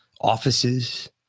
offices